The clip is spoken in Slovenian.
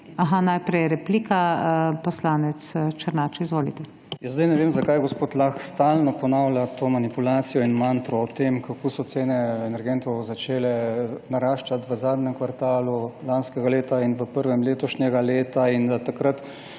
Aha, najprej je replika. Poslanec Černač, izvolite. **ZVONKO ČERNAČ (PS SDS):** Jaz zdaj ne vem, zakaj gospod Lah stalno ponavlja to manipulacijo in mantro o tem, kako so cene energentov začele naraščati v zadnjem kvartalu lanskega leta in v prvem letošnjega leta in da takrat